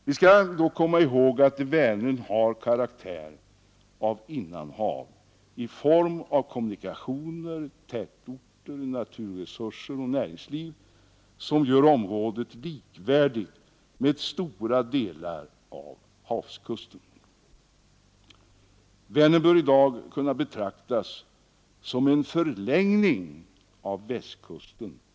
Då skall vi komma ihåg att Vänern har karaktär av innanhav — när det gäller kommunikationer, tätorter, naturresurser och näringsliv — vilket gör området likvärdigt med stora delar av havskusten. Vänern bör därför i dag kunna betraktas som en förlängning av Västkusten.